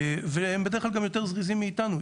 והם בדרך כלל גם יותר זריזים מאיתנו,